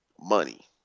money